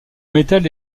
métal